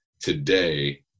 today